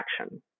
action